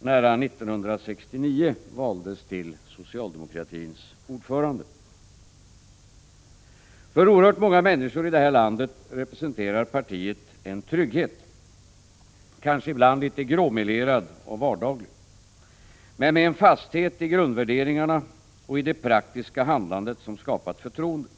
när han 1969 valdes till socialdemokratins ordförande. ”För oerhört många människor i det här landet representerar partiet en trygghet. Kanske ibland lite gråmelerad och vardaglig. Men med en fasthet i grundvärderingarna och i det praktiska handlandet som skapat förtroende.